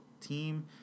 team